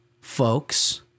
folks